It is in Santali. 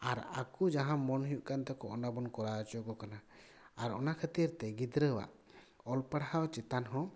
ᱟᱨ ᱟᱠᱚ ᱡᱟᱦᱟᱸ ᱢᱚᱱ ᱦᱩᱭᱩᱜ ᱠᱟᱱ ᱛᱟᱠᱚᱣᱟ ᱚᱱᱟᱵᱚᱱ ᱠᱚᱨᱟᱣ ᱦᱚᱪᱚ ᱟᱠᱚ ᱠᱟᱱᱟ ᱟᱨ ᱚᱱᱟ ᱠᱷᱟᱹᱛᱤᱨᱛᱮ ᱜᱤᱫᱽᱨᱟᱹᱣᱟᱜ ᱚᱞ ᱯᱟᱲᱦᱟᱣ ᱪᱮᱛᱟᱱ ᱦᱚ